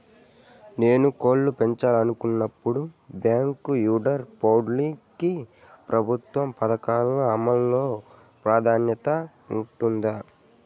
నేను కోళ్ళు పెంచాలనుకున్నపుడు, బ్యాంకు యార్డ్ పౌల్ట్రీ కి ప్రభుత్వ పథకాల అమలు లో ప్రాధాన్యత ఉంటుందా?